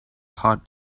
heart